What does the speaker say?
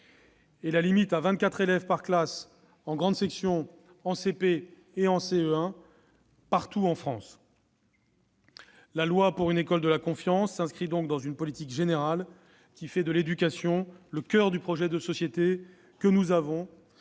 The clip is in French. et la limitation à 24 élèves par classe en grande section, en CP et en CE1 partout en France. Le projet de loi pour une école de la confiance s'inscrit dans une politique générale qui fait de l'éducation le coeur du projet de société que nous avons